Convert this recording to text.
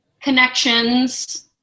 connections